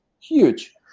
huge